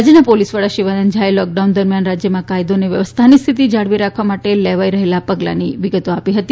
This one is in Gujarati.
રાજ્યના પોલીસ વડા શિવાનંદ ઝાએ લોકડાઉન દરમ્યાન રાજ્યમાં કાયદો અને વ્યવસ્થાની સ્થિતિ જાળવી રાખવા માટે લેવાઈ રહેલા પગલાની વિગતો આપી હતી